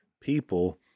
people